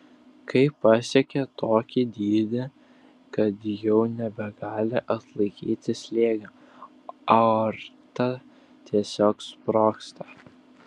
kai pasiekia tokį dydį kad jau nebegali atlaikyti slėgio aorta tiesiog sprogsta